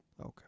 Okay